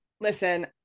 listen